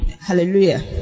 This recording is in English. Hallelujah